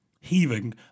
heaving